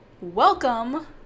Welcome